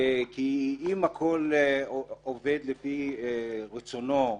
כי אם הכול עובד לפי רצונו,